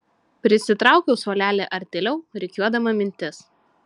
prisitraukiau suolelį artėliau rikiuodama mintis